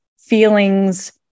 feelings